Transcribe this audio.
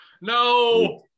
no